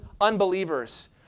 unbelievers